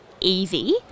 easy